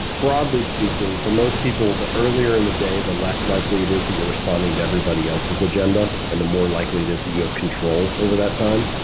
broadly speaking, for most people, the earlier in the day, the less likely it is that you're responding to everybody else's agenda and the more likely it is that you have control over that time.